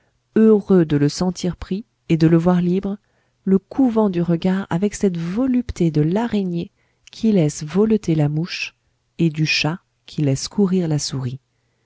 heureux de le sentir pris et de le voir libre le couvant du regard avec cette volupté de l'araignée qui laisse voleter la mouche et du chat qui laisse courir la souris